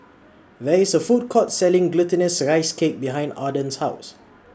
There IS A Food Court Selling Glutinous Rice Cake behind Arden's House